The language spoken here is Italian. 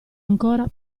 ancora